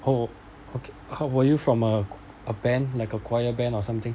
oh okay were you from a a band like a choir band or something